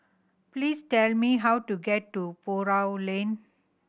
please tell me how to get to Buroh Lane